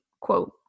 quote